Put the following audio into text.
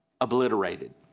obliterated